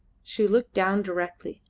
she looked down directly,